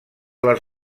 les